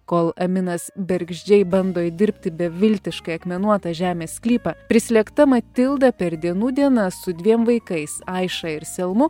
kol aminas bergždžiai bando įdirbti beviltiškai akmenuotą žemės sklypą prislėgta matilda per dienų dienas su dviem vaikais aiša ir selmu